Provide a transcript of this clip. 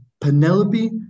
Penelope